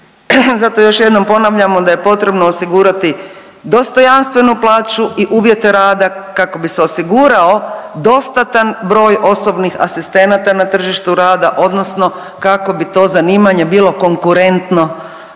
Zato još jednom ponavljamo da je potrebno osigurati dostojanstvenu plaću i uvjete rada kako bi se osigurao dostatan broj osobnih asistenata na tržištu rada odnosno kako bi to zanimanje bilo konkurentno